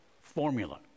formula